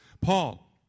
Paul